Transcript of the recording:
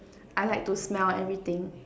I like to smell everything